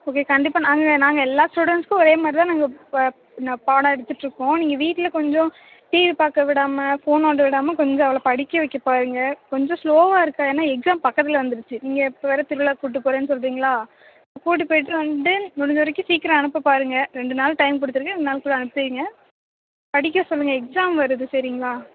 okay கண்டிப்பாக கண்டிப்பாக நாங்கள் நாங்கள் எல்லா ஸ்டூடெண்ட்ஸுக்கும் ஒரே மாதிரி தான் நாங்கள் ப பாடம் எடுத்துகிட்டு இருக்கோம் நீங்கள் வீட்டில் கொஞ்சம் டிவி பார்க்க விடாமல் ஃபோன் நோண்ட விடாமல் கொஞ்சம் அவளை படிக்க வைக்க பாருங்கள் கொஞ்சம் ஸ்லோவாக இருக்கா ஏன்னா எக்ஸாம் பக்கத்தில் வந்துடுச்சு நீங்கள் இப்போ வேறு திருவிழாக்கு கூட்டிகிட்டு போகறேன்னு சொல்லுறீங்களா கூட்டு போயிவிட்டு வந்துட்டு முடிஞ்ச வரைக்கும் சீக்கிரம் அனுப்ப பாருங்கள் ரெண்டு நாள் டைம் கொடுத்துருக்கேன் ரெண்டு நாள் குள்ளே அனுப்பிவைங்க படிக்க சொல்லுங்கள் எக்ஸாம் வருது சரிங்களா